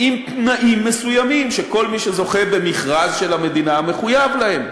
עם תנאים מסוימים שכל מי שזוכה במכרז של המדינה מחויב להם.